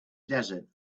desert